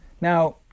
Now